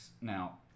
Now